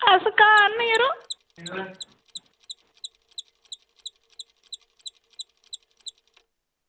अस घर न यरो